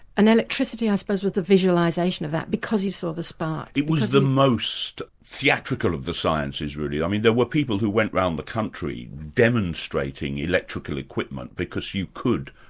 and electricity i suppose was the visualisation of that, because you saw the spark. it was the most theatrical of the sciences really. i mean there were people who went around the country demonstrating electrical equipment because you could,